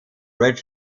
rich